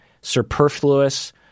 superfluous